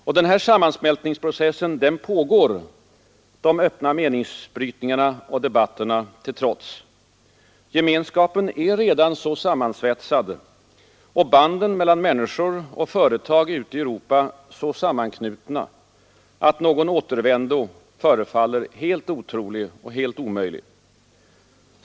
Och den sammansmältningsprocessen pågår, de öppna meningsbrytningarna och debatterna till trots. Gemenskapen är redan så sammansvetsad och banden mellan människor och företag ute i Europa så sammanknutna, att någon återvändo förefaller helt otrolig och helt omöjlig.